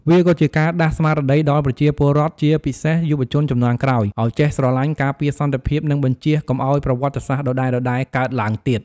វាក៏ជាការដាស់ស្មារតីដល់ប្រជាពលរដ្ឋ ជាពិសេសយុវជនជំនាន់ក្រោយ ឱ្យចេះស្រឡាញ់ ការពារសន្តិភាព និងបញ្ចៀសកុំឱ្យប្រវត្តិសាស្ត្រដដែលៗកើតឡើងទៀត។